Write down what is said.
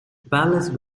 palace